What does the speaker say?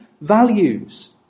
values